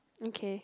okay